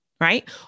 right